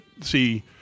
see